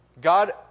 God